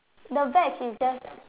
the veg is just